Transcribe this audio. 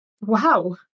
Wow